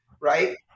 right